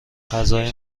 غذای